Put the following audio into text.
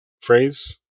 phrase